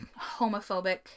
homophobic